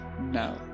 No